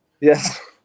Yes